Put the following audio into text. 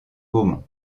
gaumont